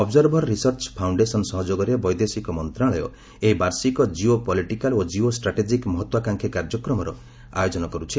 observer research foundation ସହଯୋଗରେ ବୈଦେଶିକ ମନ୍ତ୍ରଣାଳୟ ଏହି ବାର୍ଷିକ ଜିଓ ପଲିଟିକାଲ୍ ଓ ଜିଓ ଷ୍ଟ୍ରାଟେଜିକ ମହତ୍ୱାକୀକ୍ଷୀ କାର୍ଯ୍ୟକ୍ରମର ଆୟୋଜନ କରୁଛି